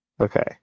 Okay